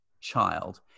child